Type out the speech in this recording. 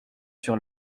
sur